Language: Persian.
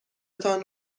تان